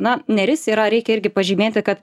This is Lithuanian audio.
na neris yra reikia irgi pažymėti kad